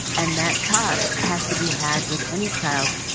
and that talk has to be had with any child.